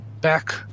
back